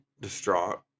distraught